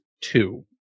two